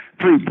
three